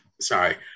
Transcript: sorry